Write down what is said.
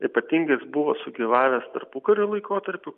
ypatingai jis buvo sugyvavęs tarpukario laikotarpiu